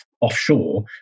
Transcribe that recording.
offshore